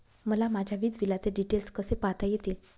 मला माझ्या वीजबिलाचे डिटेल्स कसे पाहता येतील?